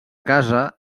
casa